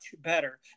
better